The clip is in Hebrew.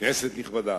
שלום עליכם.